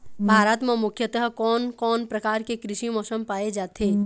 भारत म मुख्यतः कोन कौन प्रकार के कृषि मौसम पाए जाथे?